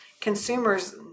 consumers